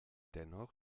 dennoch